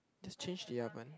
just change the oven